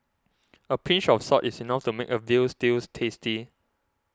a pinch of salt is enough to make a Veal Stew tasty